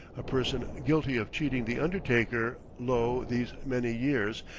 a person guilty of cheating the undertaker, lo! these many years,